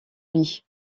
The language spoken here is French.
lee